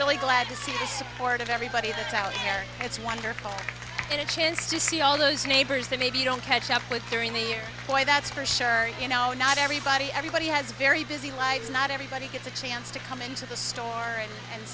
support of everybody that's out there it's wonderful and a chance to see all those neighbors that maybe you don't catch up with during the year why that's for sure you know not everybody everybody has a very busy life not everybody gets a chance to come into the store and